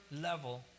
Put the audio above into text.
level